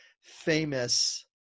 famous